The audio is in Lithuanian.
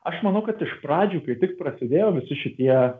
aš manau kad iš pradžių kai tik prasidėjo visi šitie